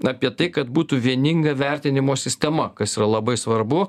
apie tai kad būtų vieninga vertinimo sistema kas yra labai svarbu